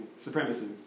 supremacy